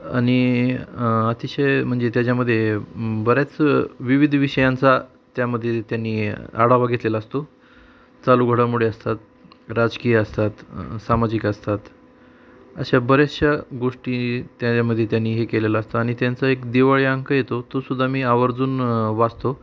आणि अतिशय म्हणजे त्याच्यामध्ये बऱ्याच विविध विषयांचा त्यामध्ये त्यांनी आढावा घेतलेला असतो चालू घडामोडी असतात राजकीय असतात सामाजिक असतात अशा बऱ्याचशा गोष्टी त्याच्यामध्ये त्यांनी हे केलेलं असतं आणि त्यांचा एक दिवाळी अंक येतो तो सुद्धा मी आवर्जून वाचतो